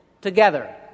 Together